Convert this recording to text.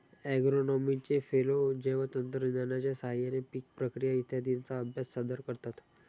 ॲग्रोनॉमीचे फेलो जैवतंत्रज्ञानाच्या साहाय्याने पीक प्रक्रिया इत्यादींचा अभ्यास सादर करतात